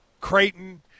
Creighton